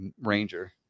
Ranger